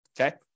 Okay